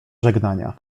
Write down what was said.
żegnania